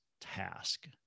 task